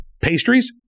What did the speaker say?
pastries